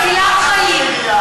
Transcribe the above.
מצילת חיים.